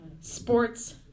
Sports